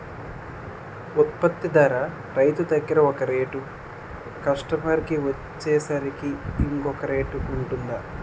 ఉత్పత్తి ధర రైతు దగ్గర ఒక రేట్ కస్టమర్ కి వచ్చేసరికి ఇంకో రేట్ వుంటుందా?